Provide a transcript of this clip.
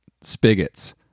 spigots